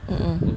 mm mm